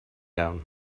gown